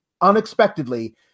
unexpectedly